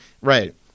right